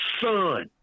son